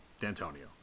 D'Antonio